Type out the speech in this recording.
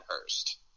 Hurst